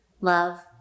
Love